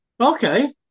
Okay